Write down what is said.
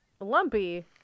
lumpy